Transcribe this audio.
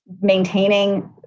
maintaining